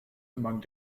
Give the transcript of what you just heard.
among